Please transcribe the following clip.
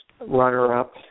runner-up